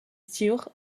steyr